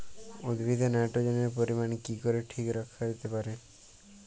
উদ্ভিদে নাইট্রোজেনের পরিমাণ কি করে ঠিক রাখা যেতে পারে?